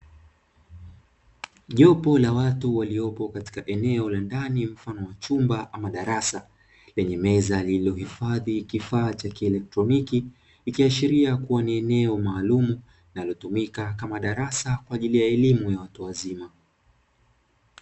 Jopo la watu waliopo katika eneo la ndani mfano wa chumba ama darasa, lenye meza iliyohifadhi kifaa cha kieletroniki, ikiashilia kuwa ni eneo maalumu linalotumika kama darasa kwajili ya elimu ya watu wazima.